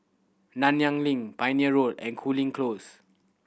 Nanyang Link Pioneer Road and Cooling Close